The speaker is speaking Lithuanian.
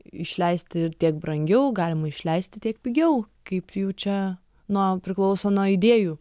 išleisti ir tiek brangiau galima išleisti tiek pigiau kaip jau čia nuo priklauso nuo idėjų